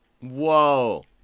Whoa